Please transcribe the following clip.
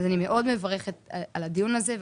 אני מאוד מברכת על הדיון הזה,